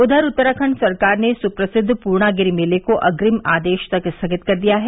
उधर उत्तराखंड सरकार ने सुप्रसिद्व पूर्णागिरि मेले को अग्रिम आदेश तक स्थगित कर दिया है